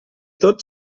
tot